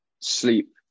sleep